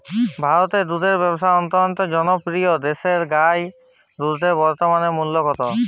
ভারতে দুধের ব্যাবসা অত্যন্ত জনপ্রিয় দেশি গাই দুধের বর্তমান মূল্য কত?